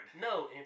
No